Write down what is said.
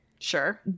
Sure